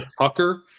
Tucker